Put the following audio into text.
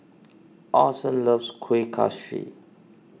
Orson loves Kuih Kaswi